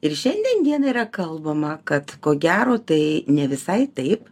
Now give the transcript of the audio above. ir šiandien dienai yra kalbama kad ko gero tai ne visai taip